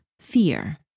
fear